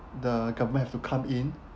the government have to come in